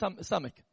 stomach